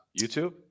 YouTube